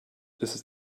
ist